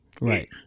Right